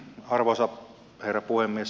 arvoisa herra puhemies